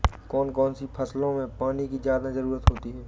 कौन कौन सी फसलों में पानी की ज्यादा ज़रुरत होती है?